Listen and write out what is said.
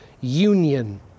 union